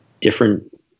different